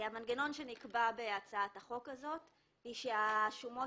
המנגנון שנקבע בהצעת החוק הזאת הוא שהשומות